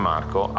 Marco